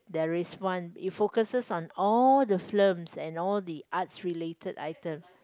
there is one it focuses on all the films and all the arts related items